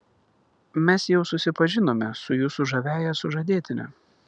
mes jau susipažinome su jūsų žaviąja sužadėtine